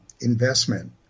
investment